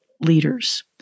leaders